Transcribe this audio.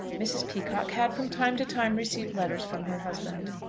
mrs. peacocke had from time to time received letters from her husband,